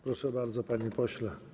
Proszę bardzo, panie pośle.